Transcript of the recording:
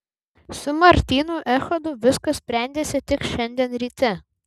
su martynu echodu viskas sprendėsi tik šiandien ryte